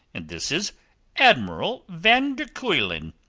and this is admiral van der kuylen,